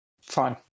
fine